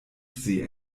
sie